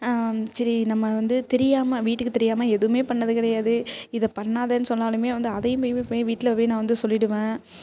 சரி நம்ம வந்து தெரியாமல் வீட்டுக்கு தெரியாமல் எதுவும் பண்ணது கிடையாது இதை பண்ணாதேன்னு சொன்னாலும் வந்து அதையும் போய் போய் வீட்டில் போய் நான் வந்து சொல்லிடுவேன்